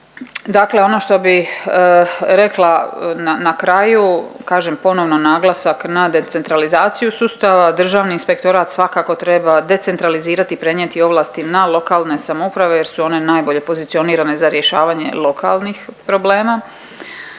Dakle ono što bi rekla na kraju, kažem ponovno naglasan na decentralizaciju sustava, Državni inspektorat svakako treba decentralizirati i prenijeti ovlasti na lokalne samouprave jer su one najbolje pozicionirane za rješavanje lokalnih problema.